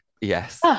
yes